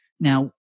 Now